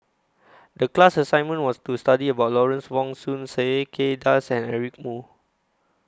The class assignment was to study about Lawrence Wong Shyun Tsai Kay Das and Eric Moo